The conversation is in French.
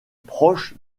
proche